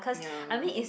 ya